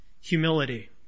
humility